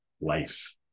life